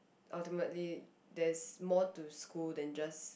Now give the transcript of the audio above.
ultimately there is more to school than just